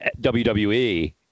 WWE